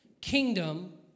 kingdom